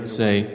say